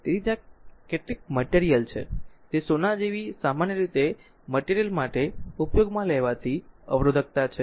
તેથી ત્યાં કેટલીક મટેરિયલ છે તે સોના જેવી સામાન્ય રીતે મટેરિયલ માટે ઉપયોગમાં લેવાતી અવરોધકતા છે